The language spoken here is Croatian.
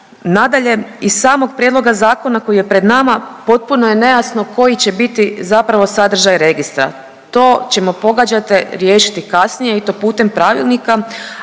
Nadalje, iz samog prijedloga zakona koji je pred nama potpuno je nejasno koji će biti zapravo sadržaj registra. To ćemo pogađate riješiti kasnije i to putem pravilnika,